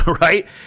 Right